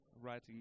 writing